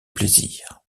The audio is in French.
plaisir